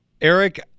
Eric